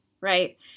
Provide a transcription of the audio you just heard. right